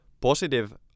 positive